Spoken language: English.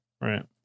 right